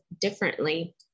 differently